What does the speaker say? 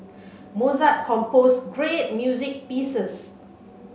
Mozart composed great music pieces